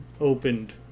opened